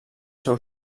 seu